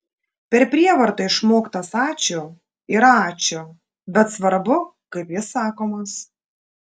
per prievartą išmoktas ačiū yra ačiū bet svarbu kaip jis sakomas